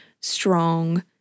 strong